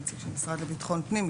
הנציג של המשרד לביטחון הפנים,